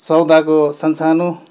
सौदाको सानसानो